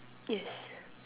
yes